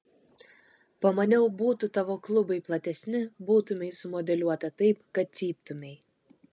pamaniau būtų tavo klubai platesni būtumei sumodeliuota taip kad cyptumei